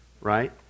Right